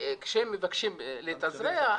כשהם מבקשים דרכון,